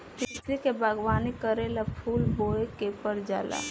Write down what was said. तितली के बागवानी करेला फूल बोए के पर जाला